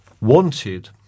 wanted